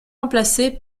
remplacés